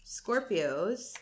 scorpios